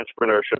entrepreneurship